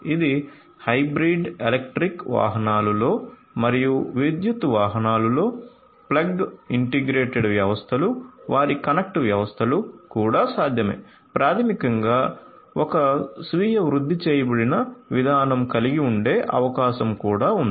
ఇది hybrid electric వాహనాలు లో మరియు విద్యుత్ వాహనాలు లో ప్లగ్ ఇంటిగ్రేట్ వ్యవస్థలు వారి కనెక్ట్ వ్యవస్థలు కూడా సాధ్యమే ప్రాథమికంగా ఒక స్వీయ వృద్ది చేయబడిన విధానం కలిగి ఉండే అవకాశం కూడా ఉంది